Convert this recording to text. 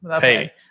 Hey